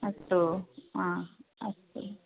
अस्तु आ अस्तु